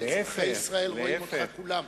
אזרחי ישראל רואים אותך כולם.